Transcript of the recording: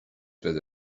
بده